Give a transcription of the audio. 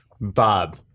Bob